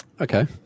Okay